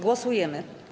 Głosujemy.